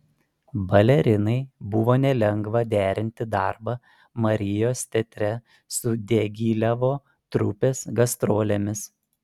balerinai buvo nelengva derinti darbą marijos teatre su diagilevo trupės gastrolėmis